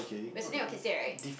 we are sitting your kids there right